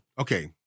Okay